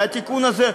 והתיקון הזה,